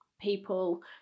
people